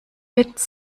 witz